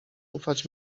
ufać